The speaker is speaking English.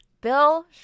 Bill